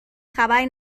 خبری